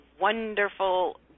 wonderful